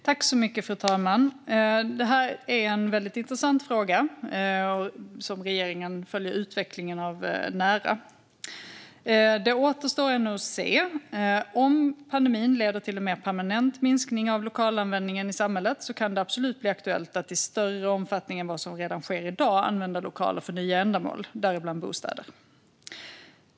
Fru talman! Det här är en väldigt intressant fråga som regeringen nära följer utvecklingen av. Det återstår nu att se - om pandemin leder till en mer permanent minskning av lokalanvändningen i samhället kan det absolut bli aktuellt att i större omfattning än vad som redan sker i dag använda lokaler för nya ändamål, däribland bostäder.